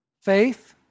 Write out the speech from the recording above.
Faith